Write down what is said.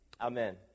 amen